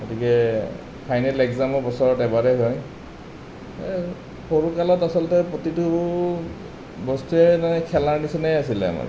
গতিকে ফাইনেল এক্সামো বছৰত একবাৰেই হয় এই সৰুকালত আচলতে প্ৰতিটো বস্তুৱেই মানে খেলাৰ নিচিনাই আছিল আমাৰ